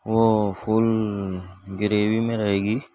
وہ full gravy میں رہے گی